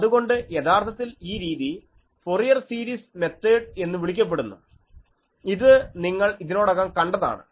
അതുകൊണ്ട് യഥാർത്ഥത്തിൽ ഈ രീതി ഫൊറിയർ സീരിസ് മെത്തേഡ് എന്നു വിളിക്കപ്പെടുന്നു ഇത് നിങ്ങൾ ഇതിനോടകം കണ്ടതാണ്